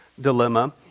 dilemma